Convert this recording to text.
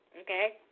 okay